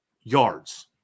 yards